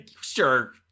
Sure